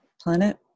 planet